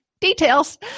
details